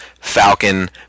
Falcon